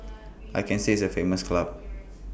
I can say it's A famous club